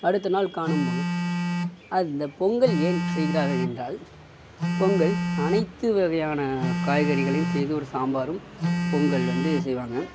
அடுத்த நாள் காணும் பொங்கல் அந்த பொங்கல் ஏன் செய்கின்றார்கள் என்றால் பொங்கல் அனைத்து வகையான காய்கறிகளையும் செய்து ஒரு சாம்பாரும் பொங்கல் வந்து செய்வாங்க